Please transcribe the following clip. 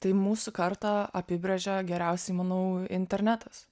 tai mūsų kartą apibrėžia geriausiai manau internetas